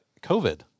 COVID